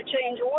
change